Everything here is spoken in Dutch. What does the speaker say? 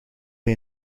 hij